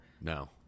No